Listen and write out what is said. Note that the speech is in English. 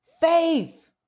faith